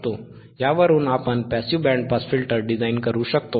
यावरून आपण passive band pass filter design करू शकतो